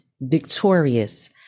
victorious